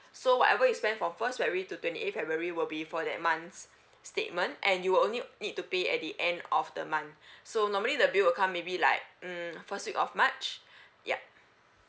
so whatever you spend from first february to twenty eight february will be for that month's statement and you will only need to pay at the end of the month so normally the bill will come maybe like um first week of march ya